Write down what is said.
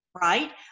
right